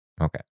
Okay